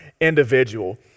individual